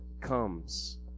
comes